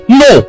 no